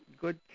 Good